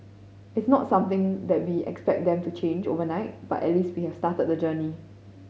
it's not something that we expect them to change overnight but at least we have started the journey